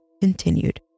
continued